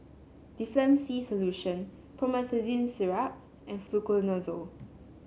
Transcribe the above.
Difflam C Solution Promethazine Syrup and Fluconazole